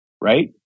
Right